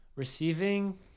Receiving